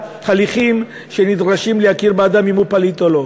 ההליכים הנדרשים להכיר באדם אם הוא פליט או לא.